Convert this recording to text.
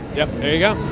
yep. there you go.